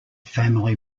family